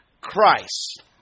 Christ